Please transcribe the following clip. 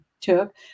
took